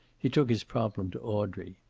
he took his problem to audrey.